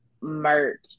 merch